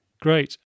Great